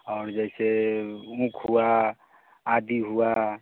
और जैसे ऊख हुआ आदी हुआ